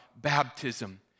baptism